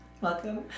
Welcome